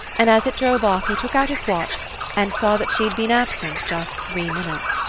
and as it drove off he took out his watch and saw that she had been absent just three minutes.